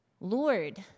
Lord